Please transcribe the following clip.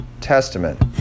Testament